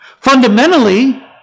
Fundamentally